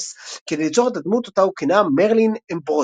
כדי ליצור את הדמות אותה הוא כינה מרלין אמברוזיוס.